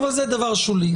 אבל זה דבר שולי,